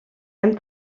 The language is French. aime